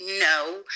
no